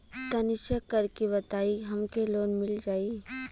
तनि चेक कर के बताई हम के लोन मिल जाई?